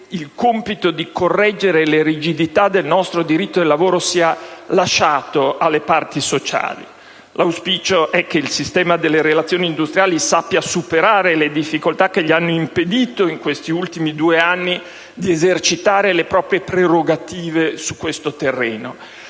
il compito di correggere le rigidità del nostro diritto del lavoro sia lasciato alle parti sociali. L'auspicio è che il sistema delle relazioni industriali sappia superare le difficoltà che gli hanno impedito in questi ultimi due anni di esercitare le proprie prerogative su questo terreno.